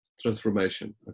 transformation